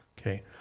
Okay